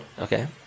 Okay